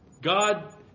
God